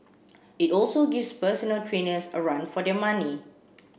it also gives personal trainers a run for their money